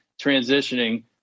transitioning